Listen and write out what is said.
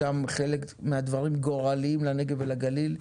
שם חלק מהדברים גורליים לנגב ולגליל.